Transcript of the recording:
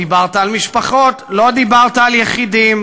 דיברת על משפחות, לא דיברת על יחידים,